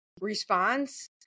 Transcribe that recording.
response